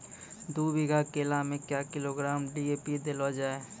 दू बीघा केला मैं क्या किलोग्राम डी.ए.पी देले जाय?